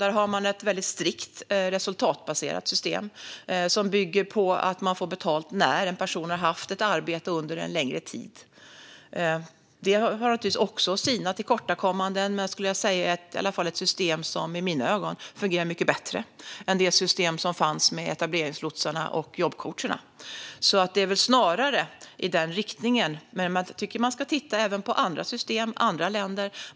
De har ett väldigt strikt resultatbaserat system, som bygger på att man får betalt när en person har haft ett arbete under en längre tid. Det har naturligtvis också sina tillkortakommanden, men det är i alla fall ett system som i mina ögon fungerar mycket bättre än det system som fanns med etableringslotsarna och jobbcoacherna. Det är väl snarare den riktningen det handlar om, men jag tycker att man ska titta även på andra system och andra länder.